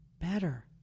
better